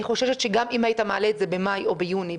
אני חוששת שגם אם היית מעלה את זה במאי או ביוני,